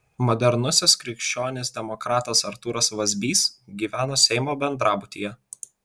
modernusis krikščionis demokratas artūras vazbys gyvena seimo bendrabutyje